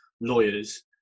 lawyers